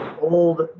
old